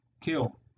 kill